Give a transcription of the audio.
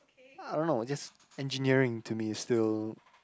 I don't know just engineering to me is still